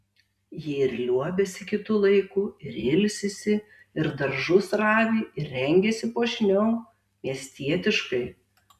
ji ir liuobiasi kitu laiku ir ilsisi ir daržus ravi ir rengiasi puošniau miestietiškai